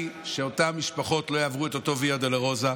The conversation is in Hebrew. שאותן משפחות לא יעברו את אותו ויה דולורוזה.